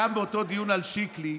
גם באותו דיון על שיקלי,